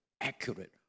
accurate